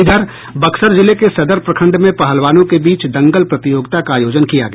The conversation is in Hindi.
इधर बक्सर जिले के सदर प्रखंड में पहलवानों के बीच दंगल प्रतियोगिता का आयोजन किया गया